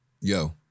Yo